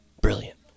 Brilliant